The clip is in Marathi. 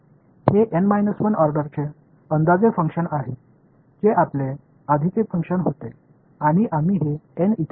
हे एन 1 ऑर्डरचे अंदाजे फंक्शन आहे जे आपले आधीचे फंक्शन होते आणि आम्ही हे एन इथे ठेवू